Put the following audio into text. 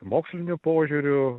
moksliniu požiūriu